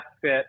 fit